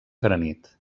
granit